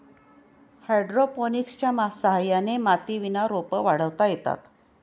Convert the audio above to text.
हायड्रोपोनिक्सच्या सहाय्याने मातीविना रोपं वाढवता येतात